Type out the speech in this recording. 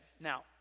Now